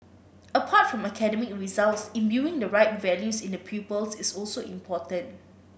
apart from academic results imbuing the right values in the pupils is also important